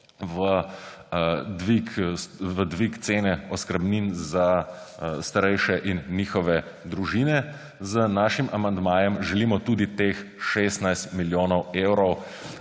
v dvig cene oskrbnin za starejše in njihove družine. Z našim amandmajem želimo tudi teh 16 milijonov evrov